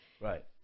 Right